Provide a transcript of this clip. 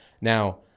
Now